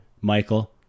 Michael